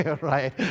Right